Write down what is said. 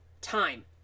time